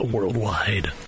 Worldwide